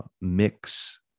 mix